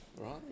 Right